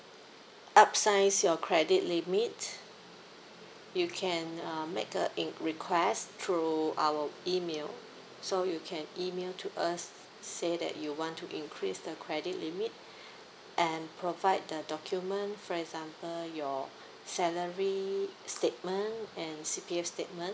upsize your credit limit you can uh make a request through our email so you can email to us say that you want to increase the credit limit and provide the document for example your salary statement and C_P_F statement